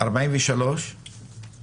זה